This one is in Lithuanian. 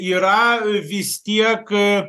yra vis tiek